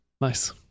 Nice